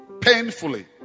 painfully